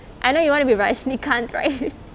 I know you want to be rajnikanth right